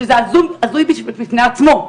שזה הזוי בפני עצמו,